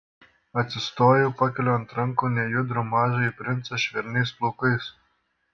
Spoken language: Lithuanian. atsistoju pakeliu ant rankų nejudrų mažąjį princą švelniais plaukais